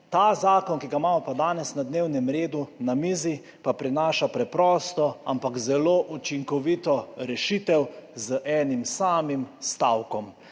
Ta zakon, ki ga imamo danes na dnevnem redu, na mizi, pa prinaša preprosto, ampak zelo učinkovito rešitev z enim samim stavkom.